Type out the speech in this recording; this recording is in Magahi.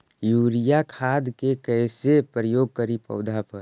यूरिया खाद के कैसे प्रयोग करि पौधा पर?